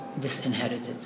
disinherited